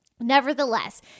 Nevertheless